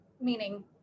meaning